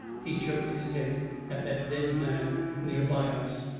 he jerked his head at that dead man near by us.